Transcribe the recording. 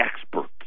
experts